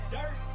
Dirt